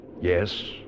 Yes